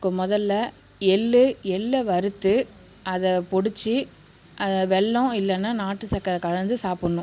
முதல்ல எள்ளு எள்ளை வறுத்து அதை பொடிச்சு வெல்லம் இல்லைனா நாட்டு சக்கரை கலந்து சாப்புடணும்